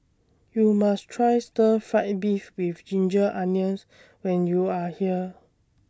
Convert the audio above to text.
YOU must Try Stir Fried Beef with Ginger Onions when YOU Are here